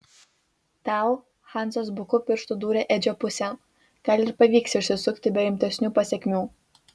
tau hansas buku pirštu dūrė edžio pusėn gal ir pavyks išsisukti be rimtesnių pasekmių